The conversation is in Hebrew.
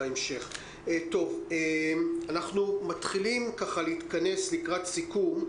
אנחנו מבקשים לאפשר הזנה במוסדות ספציפיים.